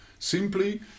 Simply